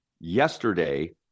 yesterday